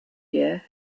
gear